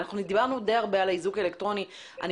דיברנו די הרבה על האיזוק האלקטרוני ואני